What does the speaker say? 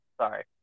Sorry